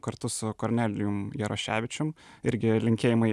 kartu su kornelijum jaroševičium irgi linkėjimai